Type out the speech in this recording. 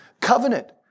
covenant